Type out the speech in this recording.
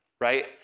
right